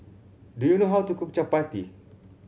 do you know how to cook chappati